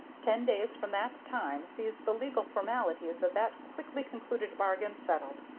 ten days from that time sees the legal formalities of that quickly concluded bargain settled,